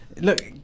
Look